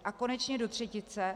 A konečně do třetice.